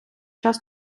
час